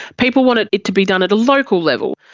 people wanted it to be done at a local level,